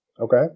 Okay